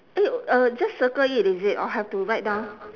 eh uh just circle it is it or have to write down